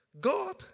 God